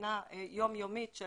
בחינה יומיומית של